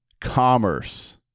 commerce